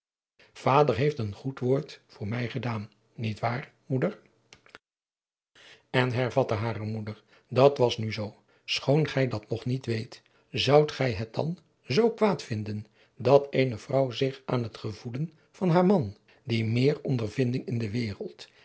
vader heeft een goed woord voor mij gedaan niet waar moeder en hervatte hare moeder dat was nu zoo schoon gij dat nog niet weet zoudt gij het dan zoo kwaad vinden dat eene vrouw zich aan het gevoelen van haar man die meer ondervinding in de wereld